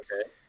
okay